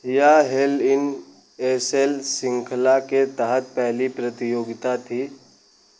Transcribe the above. यह hell in a cell श्रृंखला के तहत पहली प्रतियोगिता थी